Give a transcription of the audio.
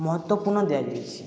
ମହତ୍ଵପୂର୍ଣ୍ଣ ଦିଆଯାଇଛି